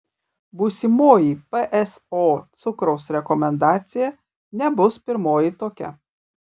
būsimoji pso cukraus rekomendacija nebus pirmoji tokia